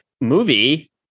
movie